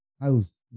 house